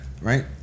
Right